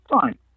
Fine